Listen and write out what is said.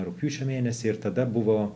rugpjūčio mėnesį ir tada buvo